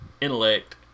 intellect